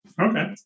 Okay